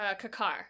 Kakar